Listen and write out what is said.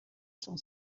son